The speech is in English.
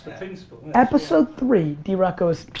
episode three, drock goes,